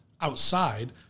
outside